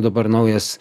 dabar naujas